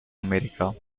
america